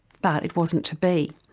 but it wasn't to be.